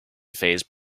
phase